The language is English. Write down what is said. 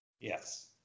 Yes